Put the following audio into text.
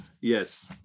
yes